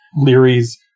Leary's